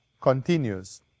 continues